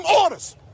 orders